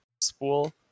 spool